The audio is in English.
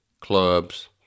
clubs